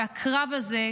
והקרב הזה,